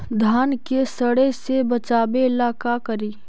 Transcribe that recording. धान के सड़े से बचाबे ला का करि?